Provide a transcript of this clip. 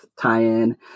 tie-in